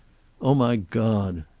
oh, my god!